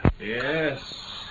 Yes